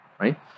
right